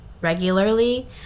regularly